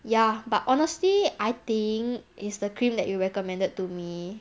ya but honestly I think it's the cream that you recommended to me